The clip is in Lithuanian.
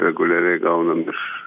reguliariai gaunam iš